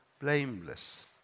blameless